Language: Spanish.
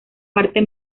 parte